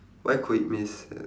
where could we miss it